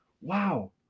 Wow